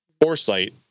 foresight